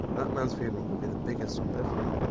that man's funeral will be the biggest on piffling,